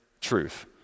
truth